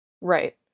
Right